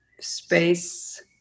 space